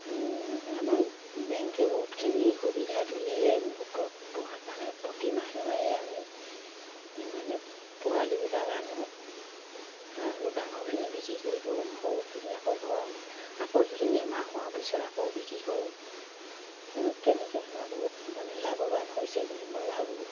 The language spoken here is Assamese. আমাক বেংকে বহুতখিনি সুবিধা দিলে গোটত পোহা কাৰণে প্ৰতি মাহে মাহে আমি মানে পোৱালিবিলাক আনোঁ আৰু ডাঙৰখিনি বিক্ৰী কৰি দিওঁ সৰুখিনি আকৌ ভৰাওঁ আকৌ সেইখিনি এমাহ হোৱাৰ পিছত আকৌ বিক্ৰী কৰোঁ তেনেকৈ আমাৰ বহুত মানে লাভৱান হৈছে বুলি মই ভাবোঁ